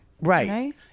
Right